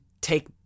take